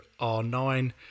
R9